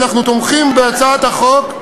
אנחנו תומכים בהצעת החוק,